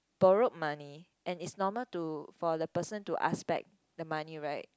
borrowed money and it's normal to for the person to ask back the money right